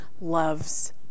loves